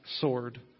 sword